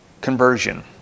conversion